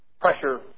pressure